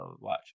watch